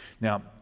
Now